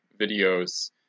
videos